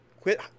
Quit